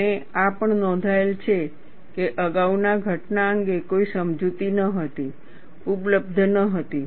અને આ પણ નોંધાયેલ છે કે અગાઉ ઘટના અંગે કોઈ સમજૂતી ન હતી ઉપલબ્ધ ન હતી